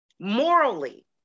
morally